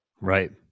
Right